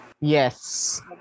Yes